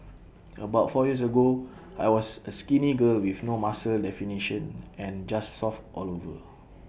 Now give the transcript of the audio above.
about four years ago I was A skinny girl with no muscle definition and just soft all over